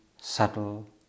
Subtle